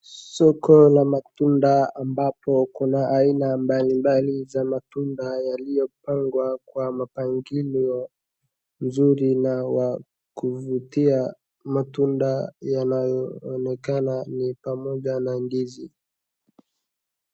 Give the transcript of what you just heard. Soko la matunda ambapo kuna aina mbalimbali za matunda yaliyopangwa kwa mpangilio mzuri na wa kuvutia. Matunda yanaonekana ni pamoja na ndizi.